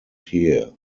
here